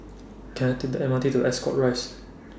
Can I Take The M R T to Ascot Rise